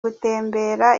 gutembera